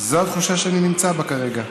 זו התחושה שאני נמצא בה כרגע.